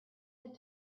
had